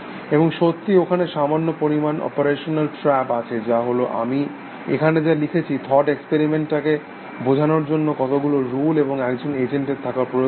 এবং সত্যি ওখানে সামান্য পরিমাণ অপরেশনাল ট্র্যাপ আছে যা হল আমি এখানে যা লিখেছি থট এক্সপেরিমেন্টকে বেঝানোর জন্য কতগুলো রুল এবং একজন এজেন্টের থাকা প্রয়োজন